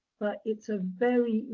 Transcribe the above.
but it's a very,